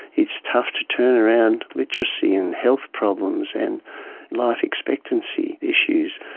it's tough to turn around literacy and health problems and life expectancy issues.